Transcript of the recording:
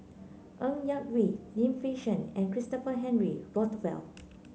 Ng Yak Whee Lim Fei Shen and Christopher Henry Rothwell